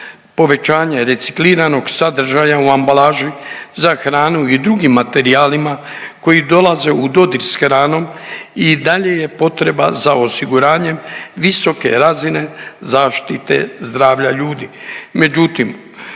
povećanje recikliranog sadržaja u ambalaži za hranu i drugim materijalima koji dolaze u dodir s hranom i dalje je potreba za osiguranjem visoke razine zaštite zdravlja ljudi.